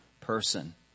person